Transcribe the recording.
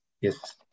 Yes